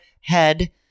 head